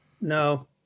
no